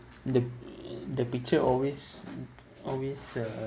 the uh the picture always always uh